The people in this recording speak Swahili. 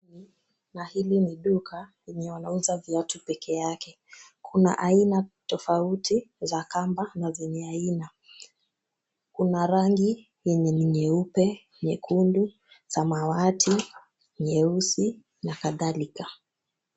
Duka hili ni duka lenye wanauza viatu pekee yake . Kuna aina tofauti za kamba na zenye haina, kuna rangi yenye ni nyeupe , nyekundu , samawati , nyeusi na kadhalika.